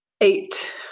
eight